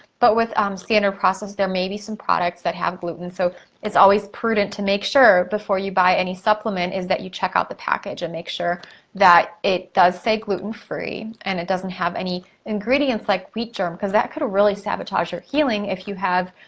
but with um standard process there may be some products that have gluten, so it's always prudent to make sure before you buy any supplement is that you check out the package and make sure that it does say gluten free, and it doesn't have any ingredients like wheat germ, cause that could really sabotage your healing if